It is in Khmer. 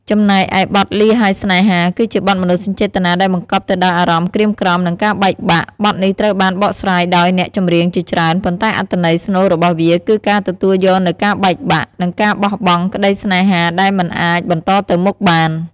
ចំណែកឯបទលាហើយស្នេហា គឺជាបទមនោសញ្ចេតនាដែលបង្កប់ទៅដោយអារម្មណ៍ក្រៀមក្រំ និងការបែកបាក់ បទនេះត្រូវបានបកស្រាយដោយអ្នកចម្រៀងជាច្រើន ប៉ុន្តែអត្ថន័យស្នូលរបស់វាគឺការទទួលយកនូវការបែកបាក់ និងការបោះបង់ក្តីស្នេហាដែលមិនអាចបន្តទៅមុខបាន។